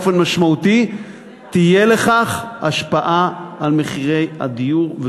ובאופן משמעותי תהיה לכך השפעה על מחירי הדירות,